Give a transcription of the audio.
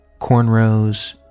cornrows